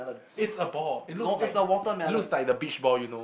it's a ball it looks like it looks like the beach ball you know